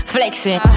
Flexing